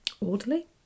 orderly